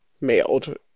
mailed